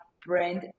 brand